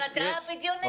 זה המדע הבדיוני.